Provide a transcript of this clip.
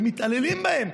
ומתעללים בהם.